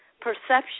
perception